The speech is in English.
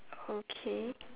okay